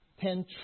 ten